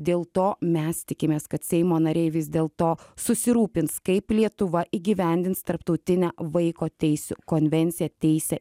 dėl to mes tikimės kad seimo nariai vis dėlto susirūpins kaip lietuva įgyvendins tarptautinę vaiko teisių konvenciją teisę